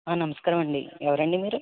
ఆ నమస్కారమండీ ఎవ్వరు అండి మీరు